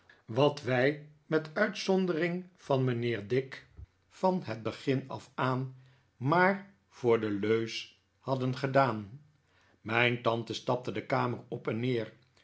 wat wij met uitzondering van mijnheer dick van het begin af aan maar voor de leus hadden gedaan mijn tante stapte de kamer op en neer